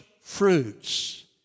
fruits